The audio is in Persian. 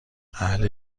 اهل